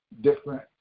different